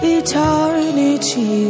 eternity